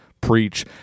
preach